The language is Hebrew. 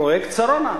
פרויקט שרונה,